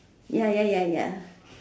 ya ya ya ya